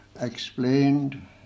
explained